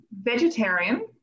vegetarian